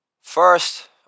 First